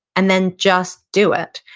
and then just do it?